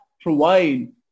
provide